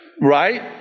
right